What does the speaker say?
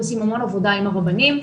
עושים המון עבודה עם הרבנים,